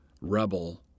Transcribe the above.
rebel